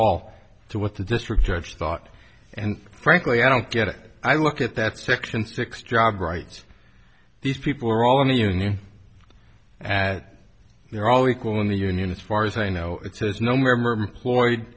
all to what the district judge thought and frankly i don't get it i look at that section six job right these people are all in the union at we're all equal in the union as far as i know it says no member floyd